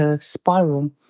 spiral